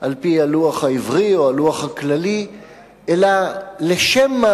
על-פי הלוח העברי או הלוח הכללי אלא לשם מה